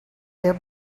their